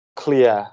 clear